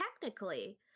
technically